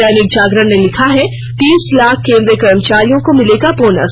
दैनिक जागरण ने लिखा है तीस लाख केंद्रीय कर्मचारियों को मिलेगा बोनस